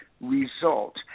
result